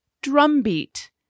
drumbeat